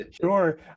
Sure